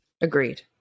Agreed